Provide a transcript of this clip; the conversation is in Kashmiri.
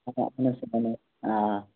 آ